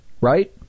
right